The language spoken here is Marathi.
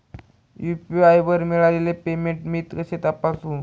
यू.पी.आय वर मिळालेले पेमेंट मी कसे तपासू?